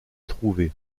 trouvée